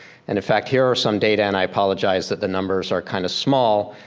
and in fact. here are some data and i apologize that the numbers are kind of small.